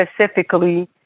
specifically